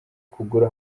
kugura